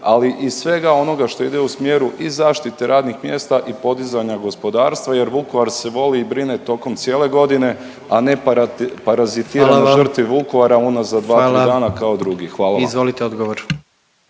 ali i svega onoga što ide u smjeru i zaštite radnih mjesta i podizanja gospodarstva jer Vukovar se voli i brine tokom cijene godine, a ne para…, parazitira…/Upadica predsjednik: Hvala vam./… na žrtvi Vukovara